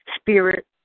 spirit